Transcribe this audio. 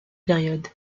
période